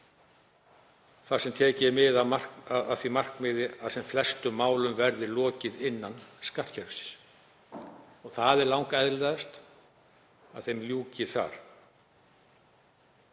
þar sem tekið er mið af því markmiði að sem flestum málum verði lokið innan skattkerfisins. Það er langeðlilegast að þeim ljúki þar.